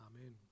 Amen